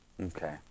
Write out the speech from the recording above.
okay